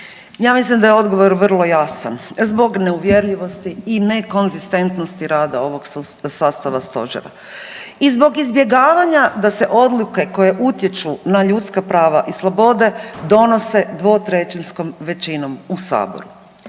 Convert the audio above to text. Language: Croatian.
Ja mislim da je odgovor vrlo jasan. Zbog neuvjerljivosti i nekonzistentnosti rada ovog sastava Stožera. I zbog izbjegavanja da se odluke koje utječu na ljudska prava i slobode donose dvotrećinskom većinom u Saboru.